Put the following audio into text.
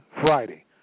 Friday